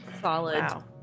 Solid